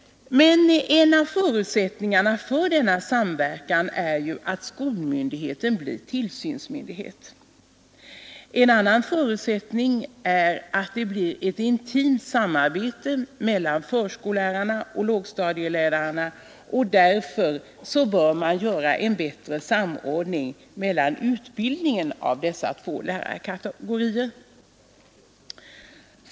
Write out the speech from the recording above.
Men en av förutsättningarna för denna samverkan är ju att skolmyndigheten blir tillsynsmyndighet. En annan förutsättning är att det blir ett intimt samarbete mellan förskollärarna och lågstadielärarna, och därför bör man göra en bättre samordning mellan utbildningen av dessa två lärarkategorier.